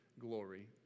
glory